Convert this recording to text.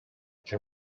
can